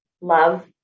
love